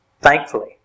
thankfully